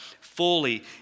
fully